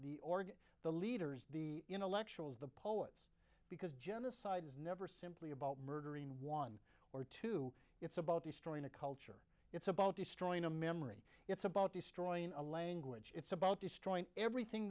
organ the leaders the intellectuals the poets because genocide is never simply about murdering one or two it's about destroying a culture it's about destroying a memory it's about destroying a language it's about destroying everything